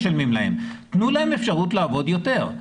תנו להן אפשרות לעבוד יותר.